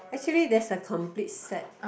actually there's a complete set